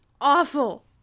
awful